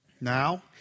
Now